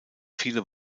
viele